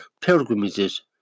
pilgrimages